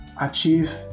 achieve